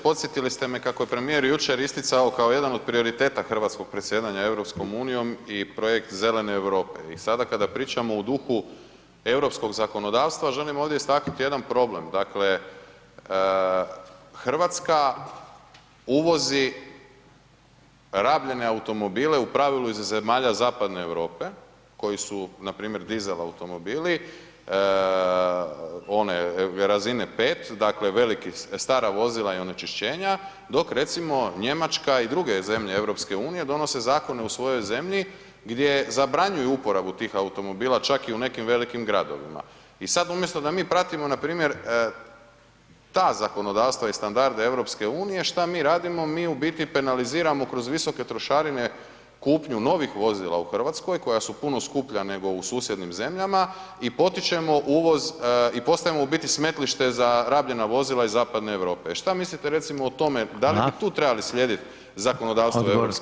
Podsjetili ste me kako je premijer jučer isticao kao jedan od prioriteta hrvatskog predsjedanja EU i projekte Zelene Europe i sada kada pričamo u duhu europskog zakonodavstva želim ovdje istaknut jedan problem, dakle RH uvozi rabljene automobile u pravilu iz zemalja zapadne Europe koji su npr. dizel automobili, one razine 5, dakle velikih, stara vozila i onečišćenja, dok recimo Njemačka i druge zemlje EU donose zakone u svojoj zemlji gdje zabranjuju uporabu tih automobila čak i u nekim velikim gradovima i sad umjesto da mi pratimo npr. ta zakonodavstva i standarde EU, šta mi radimo, mi u biti penaliziramo kroz visoke trošarine kupnju novih vozila u RH koja su puno skuplja nego u susjednim zemljama i potičemo uvoz i postajemo u biti smetlište za rabljena vozila iz zapadne Europe i šta mislite recimo o tome [[Upadica: Hvala]] da li bi tu trebali slijedit zakonodavstvo [[Upadica: Odgovor poštovanog…]] EU?